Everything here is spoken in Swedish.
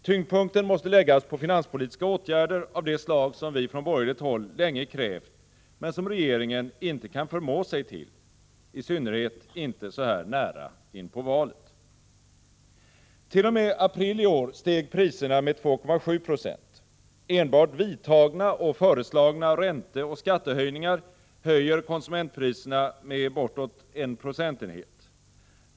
Tyngdpunkten måste läggas på finanspolitiska åtgärder av det slag som vi från borgerligt håll länge krävt men som regeringen inte kan förmå sig till — i synnerhet inte så här nära inpå valet. T.o.m. april i år steg priserna med 2,7 70. Enbart vidtagna och föreslagna ränteoch skattehöjningar höjer konsumentpriserna med bortåt 1 procentenhet.